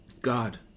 God